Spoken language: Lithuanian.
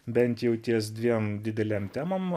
bent jau ties dviem didelėm temom